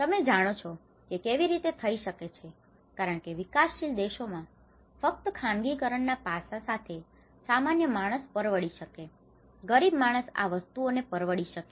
તમે જાણો છો કે તે કેવી રીતે થઇ શકે છે કારણ કે વિકાસશીલ દેશો માં ફક્ત ખાનગીકરણ ના પાસા સાથે સામાન્ય માણસ પરવડી શકે છે ગરીબ માણસ આ વસ્તુઓને પરવડી શકે છે